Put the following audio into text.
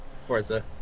Forza